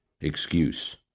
excuse